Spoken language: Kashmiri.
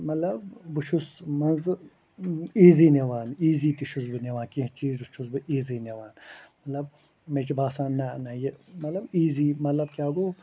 مطلب بہٕ چھُس مزٕ ایٖزی نِوان ایٖزی تہِ چھُس بہٕ نِوان کیٚنٛہہ چیٖز یُس چھُس بہٕ ایٖزی نِوان مطلب مےٚ چھِ بسان نَہ نَہ یہِ مطلب ایٖزی مطلب کیٛاہ گوٚو